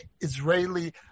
Israeli